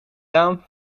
raam